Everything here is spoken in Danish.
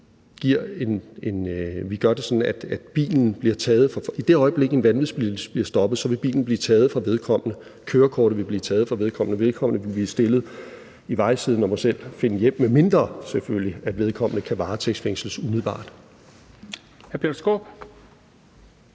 en vanvidsbilist bliver stoppet, vil bilen blive taget fra vedkommende, kørekortet vil blive taget fra vedkommende, og vedkommende vil blive stillet i vejsiden og må selv finde hjem, medmindre selvfølgelig vedkommende kan varetægtsfængsles umiddelbart.